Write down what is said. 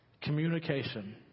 Communication